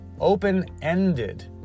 open-ended